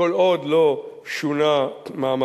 כל עוד לא שונה מעמדם.